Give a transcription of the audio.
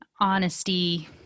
Honesty